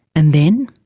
and then,